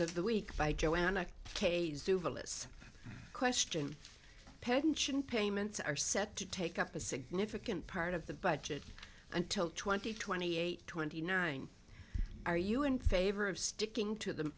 of the week by joanna duvall is a question pension payments are set to take up a significant part of the budget until twenty twenty eight twenty nine are you in favor of sticking to the